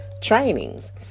trainings